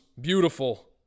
beautiful